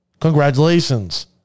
Congratulations